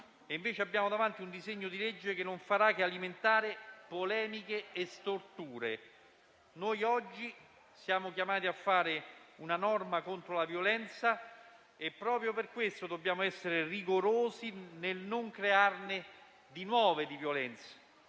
Invece abbiamo davanti un disegno di legge che non farà che alimentare polemiche e storture. Noi oggi siamo chiamati a varare una norma contro la violenza e proprio per questo dobbiamo essere rigorosi nel non crearne di nuove, di violenze.